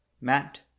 Matt